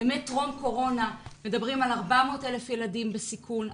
בימי טרום קורונה מדברים על 400,000 ילדים בסיכון,